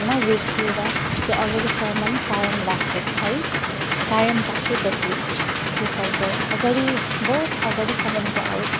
नबिर्सिएर त्यो अगाडिसम्म कायम राखोस् है कायम राखेपछि त्यो कल्चर अगाडि बहुत अगाडिसम्म जाओस्